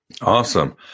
Awesome